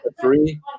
three